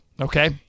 Okay